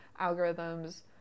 algorithms